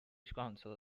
council